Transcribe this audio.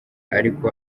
ariko